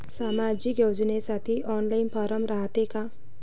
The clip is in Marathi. सामाजिक योजनेसाठी ऑनलाईन फारम रायते का?